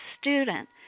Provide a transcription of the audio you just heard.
student